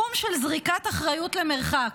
בתחום של זריקת אחריות למרחק.